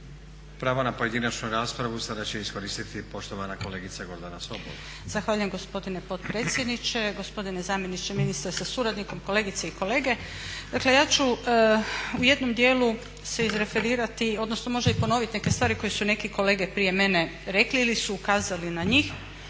Pravo na pojedinačnu raspravu sada će iskoristiti poštovana kolegica Gordana Sobol. **Sobol, Gordana (SDP)** Zahvaljujem gospodine potpredsjedniče, gospodine zamjeniče ministra sa suradnikom, kolegice i kolege. Dakle, ja ću u jednom dijelu se izreferirati, odnosno možda i ponoviti neke stvari koje su neki kolege prije mene rekli ili su ukazali na njih,